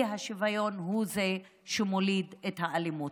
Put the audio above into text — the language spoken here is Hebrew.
האי-שוויון הוא זה שמוליד את האלימות.